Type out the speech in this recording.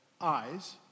eyes